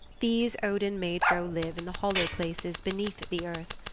these odin made go live in the hollow places beneath the earth.